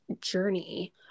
journey